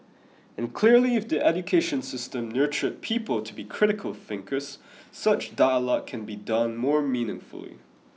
and clearly if the education system nurtured people to be critical thinkers such dialogue can be done more meaningfully